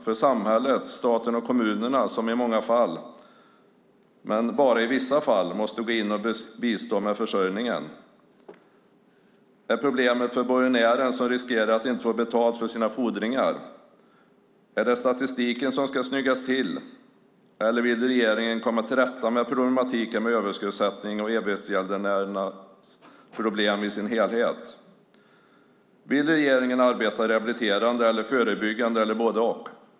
För samhället, staten och kommunerna, som i många fall - men bara i vissa fall - måste bistå med försörjningen? För borgenären som riskerar att inte få betalt för sina fordringar? Är det statistiken som ska snyggas till, eller vill regeringen komma till rätta med problemen med överskuldsättning och evighetsgäldenärernas problem i sin helhet? Vill regeringen arbeta rehabiliterande eller förebyggande eller både och?